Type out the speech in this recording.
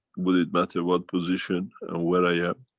would it matter what position and where i am?